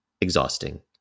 exhausting